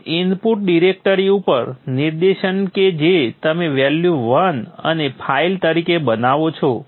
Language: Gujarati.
હવે ઇનપુટ ડિરેક્ટરી ઉપર નિર્દેશન કે જે તમે વેલ્યુ 1 અને ફાઇલ તરીકે બનાવો છો